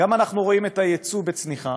גם אנחנו רואים את היצוא בצניחה